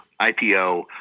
IPO